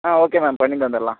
ஆ okay ma'am பண்ணி தந்துடலாம்